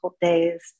days